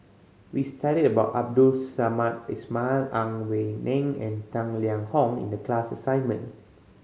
we studied about Abdul Samad Ismail Ang Wei Neng and Tang Liang Hong in the class assignment